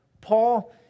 Paul